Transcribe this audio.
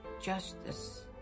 justice